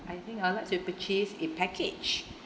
I think I'd like to purchase a package